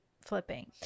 flipping